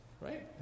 right